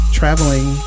traveling